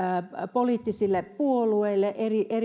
poliittisille puolueille erilaisille